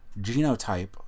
genotype